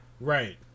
right